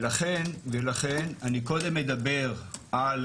ולכן אני קודם אדבר על